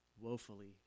woefully